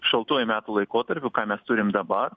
šaltuoju metų laikotarpiu ką mes turim dabar